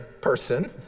person